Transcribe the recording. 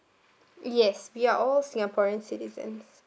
yes we are all singaporeans citizens